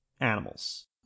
animals